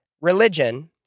religion